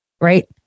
right